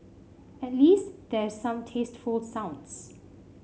at least there's some tasteful sounds